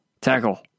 Tackle